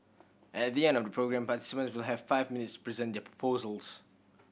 at the end of the programme participants will have five minutes present their proposals